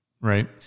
right